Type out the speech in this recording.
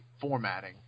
formatting